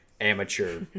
amateur